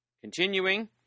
Continuing